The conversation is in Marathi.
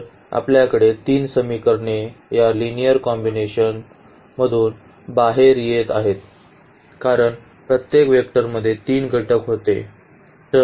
तर आपल्याकडे तीन समीकरणे या लिनिअर कॉम्बिनेशनातून बाहेर येत आहेत कारण प्रत्येक वेक्टरमध्ये तीन घटक होते